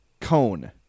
cone